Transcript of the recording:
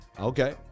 Okay